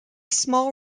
small